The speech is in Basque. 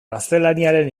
gaztelaniaren